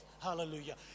Hallelujah